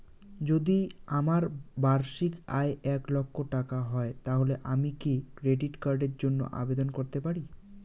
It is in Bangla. যদি আমার বার্ষিক আয় এক লক্ষ টাকা হয় তাহলে কি আমি ক্রেডিট কার্ডের জন্য আবেদন করতে পারি?